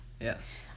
Yes